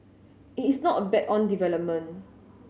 it is not a bet on development